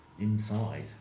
inside